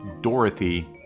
Dorothy